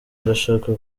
ndashaka